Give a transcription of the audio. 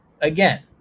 Again